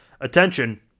attention